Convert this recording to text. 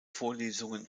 vorlesungen